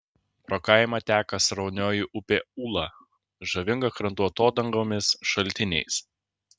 pro kaimą teka sraunioji upė ūla žavinga krantų atodangomis šaltiniais